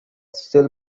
still